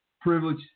privilege